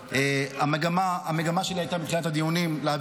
המגמה שלי הייתה מבחינת הדיונים להעביר